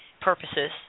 purposes